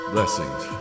Blessings